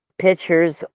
Pictures